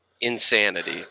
insanity